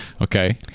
Okay